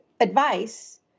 advice